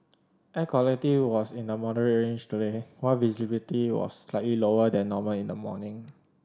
air quality was in the moderate range today while visibility was slightly lower than normal in the morning